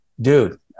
dude